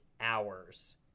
hours